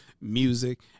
music